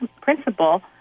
principle